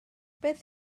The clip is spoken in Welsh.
beth